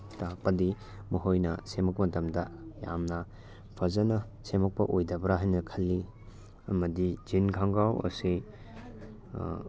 ꯇꯥꯛꯄꯗꯤ ꯃꯈꯣꯏꯅ ꯁꯦꯝꯃꯛꯄ ꯃꯇꯝꯗ ꯌꯥꯝꯅ ꯐꯖꯅ ꯁꯦꯝꯃꯛꯄ ꯑꯣꯏꯗꯕ꯭ꯔꯥ ꯍꯥꯏꯅ ꯈꯜꯂꯤ ꯑꯃꯗꯤ ꯖꯤꯟ ꯈꯣꯡꯒ꯭ꯔꯥꯎ ꯑꯁꯦ